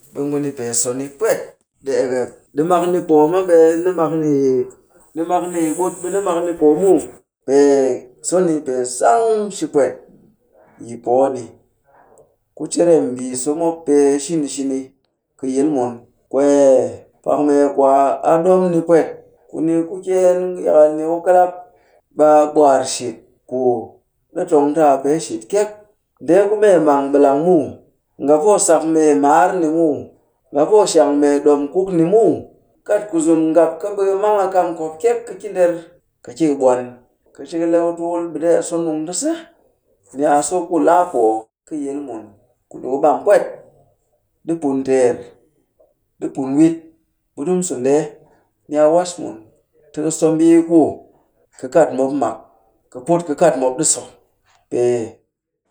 Ɓe ngu ni pee so ni pwet, ɗi ekep. Ɗi mak ni poo maa ɓe ni mak ni yi, ɗi mak ni yi ɓut ɓe ni mak ni poo muw. Pee so ni pee sang shi pwet yi poo ni, ku cirem mbii so mop pee shini shini kɨ yil mun. Kwee, pak mee kwaa ku a ɗom ni pwet, ku ni ku kyeen yakal ni ku kɨlak, ɓe a ɓwaar shit ku ɗi tong ta a pee shit kyek. Ndee ku mee mang ɓilang muw. Nga poo sak mee maar ni muw, nga poo shang mee ɗom kuk ni muw. Kat kuzum ngap ka ɓe ka mang a kam kop kyek ka ki nder. Ka ki ka ɓwan, ka nji ka le ku tukul ɓe ɗee a so nung ta se. Ni a so ku laa poo kɨ yil mun. Ku ni ku ɓam pwet. Ɗi pun teer ɗi pun wit. Ɓe ɗimu so ndee. Ni a wash mun, ti ka so mbii ku ka kat mop mak, ka put ka kat mop ɗi so. Pee